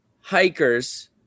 hikers